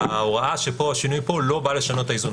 וההוראה שהשינוי פה לא בא לשנות את האיזון.